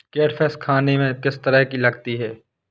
Catfish खाने में किस तरह की लगती है?